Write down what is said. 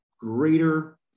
greater